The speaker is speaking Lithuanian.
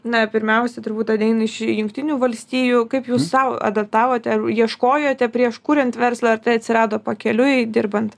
na pirmiausia turbūt ateina iš jungtinių valstijų kaip jūs sau adaptavote ar ieškojote prieš kuriant verslą ar tai atsirado pakeliui dirbant